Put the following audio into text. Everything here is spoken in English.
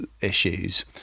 issues